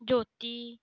Jyoti